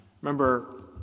Remember